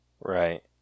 right